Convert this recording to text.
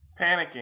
panicking